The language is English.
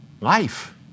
life